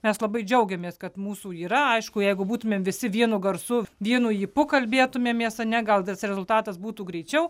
mes labai džiaugiamės kad mūsų yra aišku jeigu būtumėm visi vienu garsu vienu ypu kalbėtumėmės a ne gal tas rezultatas būtų greičiau